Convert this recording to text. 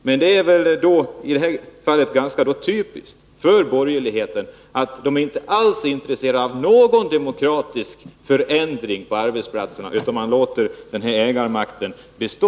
Men det är väl ganska typiskt för borgerligheten att man inte alls är intresserad av någon förändring i demokratisk riktning på arbetsplatserna, utan man låter kapitalets ägarmakt bestå.